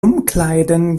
umkleiden